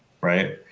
right